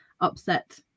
upset